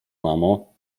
mamo